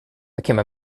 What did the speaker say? became